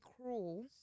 cruel